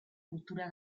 cultura